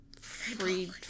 free